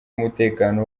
umutekano